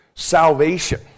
salvation